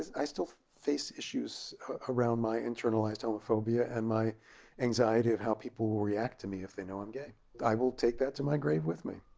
i still face issues around my internalized homophobia and my anxiety of how people will react to me if they know i'm gay. and i will take that to my grave with me!